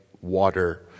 water